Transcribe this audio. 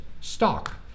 Stock